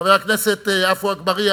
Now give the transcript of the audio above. חבר הכנסת עפו אגבאריה,